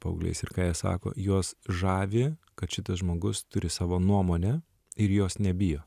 paaugliais ir ką jie sako juos žavi kad šitas žmogus turi savo nuomonę ir jos nebijo